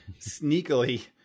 sneakily